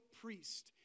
priest